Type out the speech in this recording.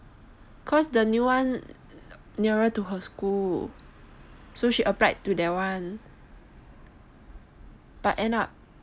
cause the new [one] nearer to her school so she applied to that [one] but end up another hall